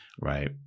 right